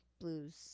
blues